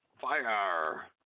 fire